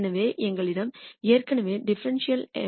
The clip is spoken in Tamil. எனவே எங்களிடம் ஏற்கனவே ∂f ∂x1உள்ளது